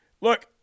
Look